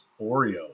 Oreo